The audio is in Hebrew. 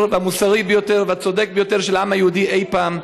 והמוסרי ביותר והצודק ביותר של העם היהודי אי-פעם.